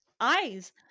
Eyes